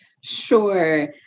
Sure